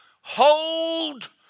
hold